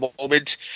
moment